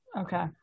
Okay